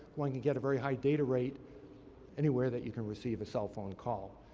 one can get a very high data rate anywhere that you can receive a cell phone call.